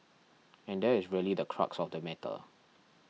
and that is really the crux of the matter